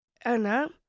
Anna